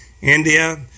India